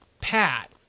Pat